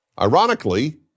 Ironically